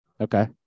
Okay